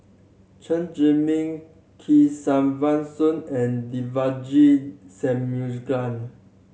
Chen Zhiming Kesavan Soon and Devagi Sanmugam